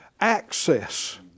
access